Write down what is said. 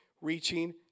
reaching